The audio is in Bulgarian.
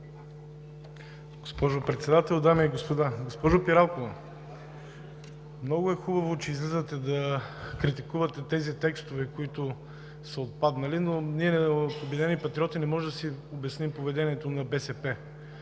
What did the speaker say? Госпожо Председател, дами и господа! Госпожо Пиралкова, много е хубаво, че излизате да критикувате текстовете, които са отпаднали. От „Обединени патриоти“ обаче не можем да си обясним поведението на БСП